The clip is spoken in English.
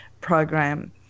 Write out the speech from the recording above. program